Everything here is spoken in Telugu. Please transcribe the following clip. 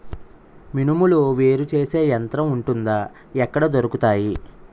మినుములు వేరు చేసే యంత్రం వుంటుందా? ఎక్కడ దొరుకుతాయి?